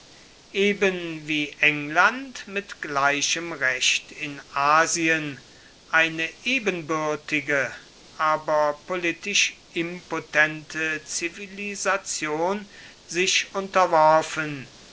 eben wie england mit gleichem recht in asien eine ebenbürtige aber politisch impotente zivilisation sich unterworfen